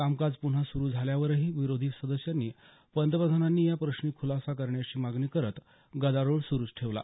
कामकाज पुन्हा सुरू झाल्यावरही विरोधी सदस्यांनी पंतप्रधानांनी या प्रश्नी खुलासा करण्याची मागणी करत गदारोळ सुरूच ठेवला